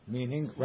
Meaning